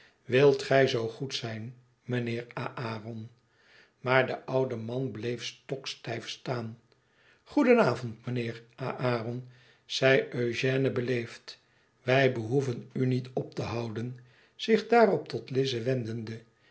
wilt gij zoo goed zijn mijnheer aron maar de oude man bleeif stokstijf staan goedenavond mijnheer aèiron zei eugène beleefd wij behoeven uniet op te houden zich daarop tot lize